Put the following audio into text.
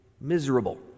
miserable